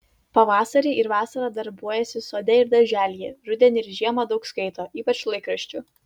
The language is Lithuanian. pavasarį ir vasarą darbuojasi sode ir darželyje rudenį ir žiemą daug skaito ypač laikraščių